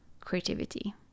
creativity